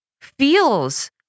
feels